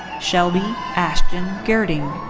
shelby ashton gerding.